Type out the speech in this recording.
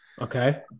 Okay